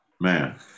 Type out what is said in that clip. Man